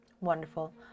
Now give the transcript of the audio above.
Wonderful